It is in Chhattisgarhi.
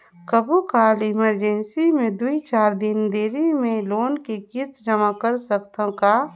कभू काल इमरजेंसी मे दुई चार दिन देरी मे लोन के किस्त जमा कर सकत हवं का?